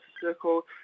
circle